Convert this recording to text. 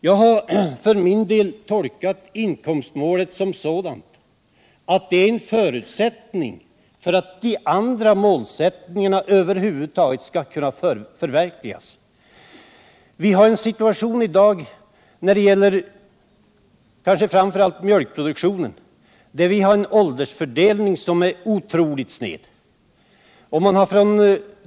Jag har för min del tolkat inkomstmålet så att det är en förutsättning för att de andra målsättningarna över huvud taget skall kunna förverkligas. Inom framför allt mjölkproduktionen är jordbrukarnas åldersfördelning oerhört sned.